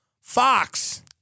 Fox